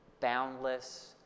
boundless